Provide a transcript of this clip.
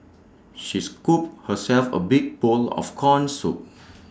she scooped herself A big bowl of Corn Soup